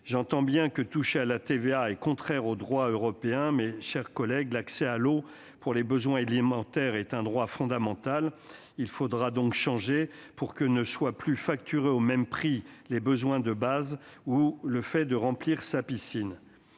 J'entends bien que toucher à la TVA est contraire au droit européen, mais, chers collègues, l'accès à l'eau pour les besoins élémentaires est un droit fondamental. Il faudra donc changer les choses pour que les besoins de base ou le fait de remplir sa piscine